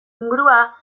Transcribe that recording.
ingurua